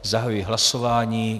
Zahajuji hlasování.